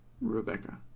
Rebecca